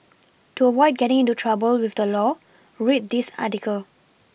to avoid getting into trouble with the law read this article